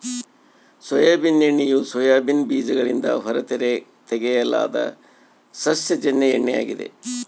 soybean ಎಣ್ಣೆಯು soybean ಬೀಜಗಳಿಂದ ಹೊರತೆಗೆಯಲಾದ ಸಸ್ಯಜನ್ಯ ಎಣ್ಣೆ ಆಗಿದೆ